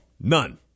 None